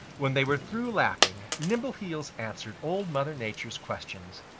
when they were through laughing nimbleheels answered old mother nature's questions.